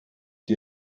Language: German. die